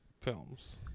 films